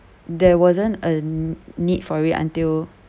there wasn't a need for it until